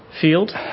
field